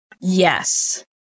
Yes